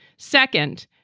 second,